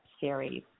series